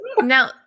Now